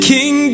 King